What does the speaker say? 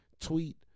tweet